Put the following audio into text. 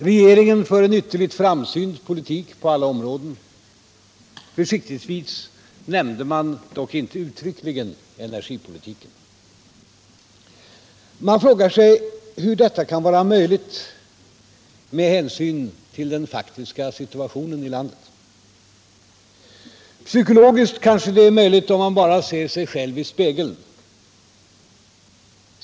Regeringen för en ytterligt framsynt politik på alla områden — försiktigtvis nämnde man dock inte uttryckligen encergipolitiken. Hur kan detta vara möjligt, med hänsyn till den faktiska situationen i landet? Psykologiskt kanske det är möjligt, om man bara ser sig själv i spegeln.